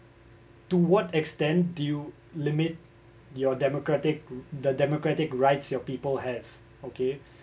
to what extend do limit your democratic the democratic rights your people have okay